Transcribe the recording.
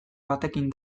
batekin